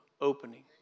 opening